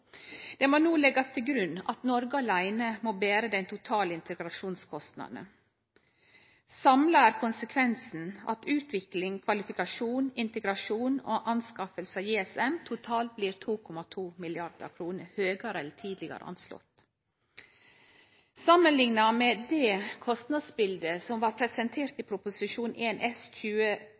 Ein må no leggje til grunn at Noreg åleine må bere dei totale integrasjonskostnadene. Samla er konsekvensen at utvikling, kvalifikasjon, integrasjon og anskaffing av JSM totalt blir 2,2 mrd. kr høgare enn tidlegere rekna med. Samanlikna med det kostnadsbildet som blei presentert i Prop. 1 S